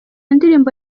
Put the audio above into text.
ndirimbo